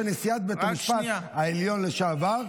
הוא רוצה שנשיאת בית המשפט העליון לשעבר,